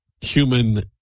human